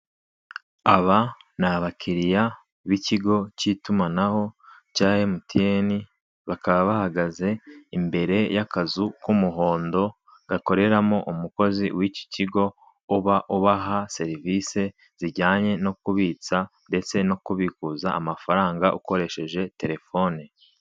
Aba ni abakiriya b'ikigo k'itumanaho cya MTN bakaba bahagaze imbere y' akuzu k'umuhondo gakoreramo umukozi w'iki kigo uba ubaha serivise zijyanye no kubitsa ndetse no kubikuza amafaranga ukoresheje terefone.